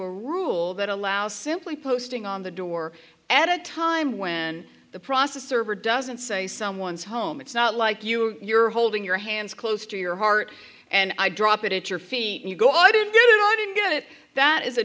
a rule that allows simply posting on the door at a time when the process server doesn't say someone's home it's not like you're holding your hands close to your heart and i drop it at your feet and you go i didn't i didn't get it that is a